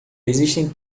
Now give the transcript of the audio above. existem